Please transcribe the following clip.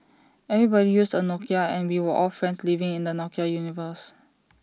everybody used A Nokia and we were all friends living in the Nokia universe